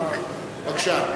בבקשה.